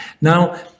Now